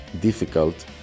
difficult